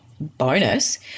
Bonus